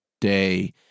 day